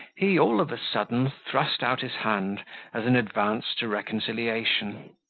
he, all of a sudden, thrust out his hand as an advance to reconciliation,